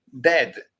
dead